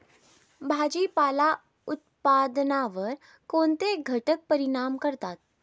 भाजीपाला उत्पादनावर कोणते घटक परिणाम करतात?